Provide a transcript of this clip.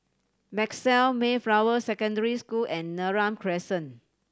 Maxwell Mayflower Secondary School and Neram Crescent